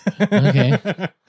okay